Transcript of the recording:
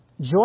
Joy